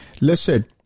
Listen